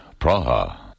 Praha